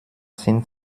sind